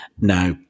Now